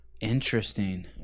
Interesting